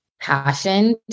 passion